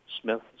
Smith